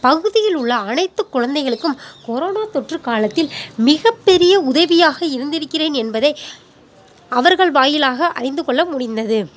பகுதியில் உள்ள அனைத்து குழந்தைகளுக்கும் கொரோனா தொற்று காலத்தில் மிகப்பெரிய உதவியாக இருந்திருக்கிறேன் என்பதை அவர்கள் வாயிலாக அறிந்து கொள்ள முடிந்தது